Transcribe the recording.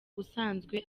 usanzwe